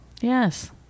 Yes